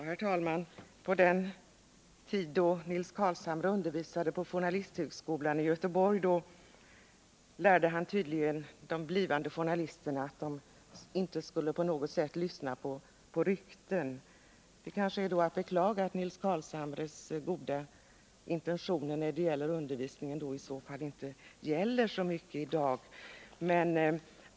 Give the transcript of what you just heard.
Herr talman! På den tid då Nils Carlshamre undervisade vid journalisthögskolan i Göteborg lärde han tydligen de blivande journalisterna att de inte skulle på något sätt lyssna på rykten. Det kanske är att beklaga att Nils Carlshamres goda intentioner i fråga om undervisningen inte efterlevs så mycket i dag.